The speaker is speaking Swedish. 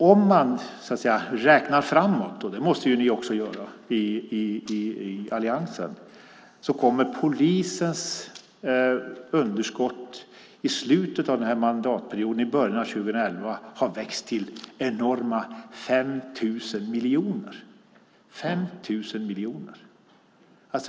Om man räknar framåt - det måste också ni i alliansen göra - ser man att polisens underskott i slutet av mandatperioden och i början av år 2011 kommer att ha växt till det enorma beloppet 5 000 miljoner.